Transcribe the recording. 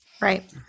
right